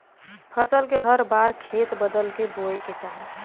फसल के हर बार खेत बदल क बोये के चाही